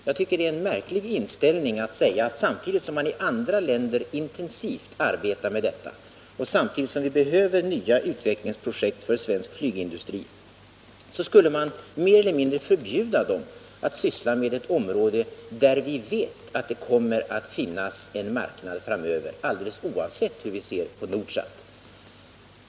Jag tycker det är en märklig inställning att säga att vi, samtidigt som man i andra länder intensivt arbetar med detta och samtidigt som vi behöver nya utvecklingsprojekt för svensk flygindustri, skulle mer eller mindre förbjuda dem att syssla med ett område där vi vet att det kommer att finnas en marknad framöver, alldeles oavsett hur vi ser på Nordsat.